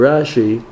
Rashi